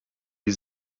die